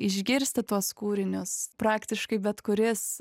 išgirsti tuos kūrinius praktiškai bet kuris